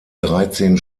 dreizehn